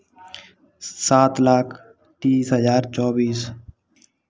सात लाख तीस हज़ार चौबीस